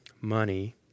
money